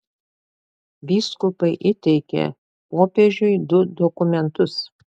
vyskupai įteikė popiežiui du dokumentus